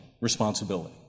responsibility